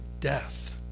death